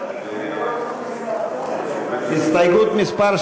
מי בעד ההסתייגות?